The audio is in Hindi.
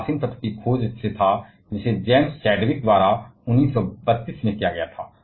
और उस तटस्थ तत्व की खोज से जेम्स चैडविक ने 1932 में किया